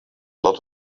lot